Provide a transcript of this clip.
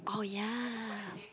oh yeah